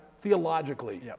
theologically